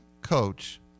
coach